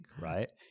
right